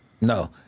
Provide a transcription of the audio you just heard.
No